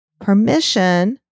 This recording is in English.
permission